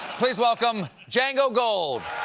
please welcome, django gold!